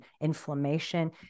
inflammation